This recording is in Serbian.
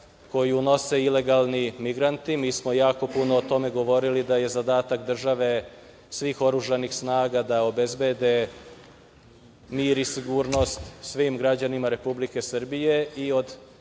koju nose ilegalni migranti. Mi smo jako puno o tome govorili, da je zadatak države svih oružanih snaga da obezbede mir i sigurnost svim građanima Republike Srbije i od